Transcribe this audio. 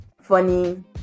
funny